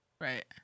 Right